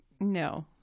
No